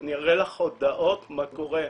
אני אראה לך הודעות מה קורה.